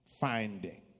finding